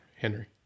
Henry